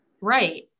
Right